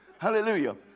Hallelujah